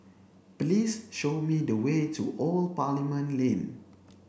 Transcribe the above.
please show me the way to Old Parliament Lane